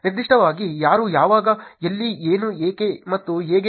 ನಿರ್ದಿಷ್ಟವಾಗಿ ಯಾರು ಯಾವಾಗ ಎಲ್ಲಿ ಏನು ಏಕೆ ಮತ್ತು ಹೇಗೆ